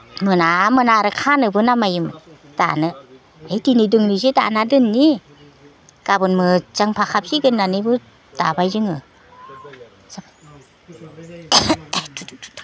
मोना मोना आरो खानोबो नामायोमोन दानो ओइ दिनै दोंनैसो दाना दोननि गाबोन मोजां फाखाबसिगोन होननानैबो दाबाय जोङो